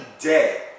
dead